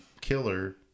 killer